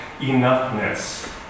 enoughness